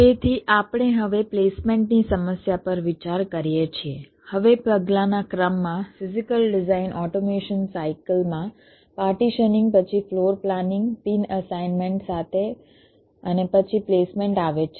તેથી આપણે હવે પ્લેસમેન્ટ ની સમસ્યા પર વિચાર કરીએ છીએ હવે પગલાંના ક્રમમાં ફિઝીકલ ડિઝાઇન ઓટોમેશન સાયકલ માં પાર્ટીશનીંગ પછી ફ્લોર પ્લાનિંગ પિન અસાઇનમેન્ટ સાથે અને પછી પ્લેસમેન્ટ આવે છે